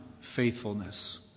faithfulness